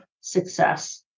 success